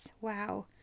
Wow